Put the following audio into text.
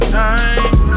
time